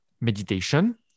meditation